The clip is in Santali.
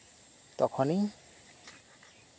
ᱛᱚᱠᱷᱚᱱᱤᱧ